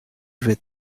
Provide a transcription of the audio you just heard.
with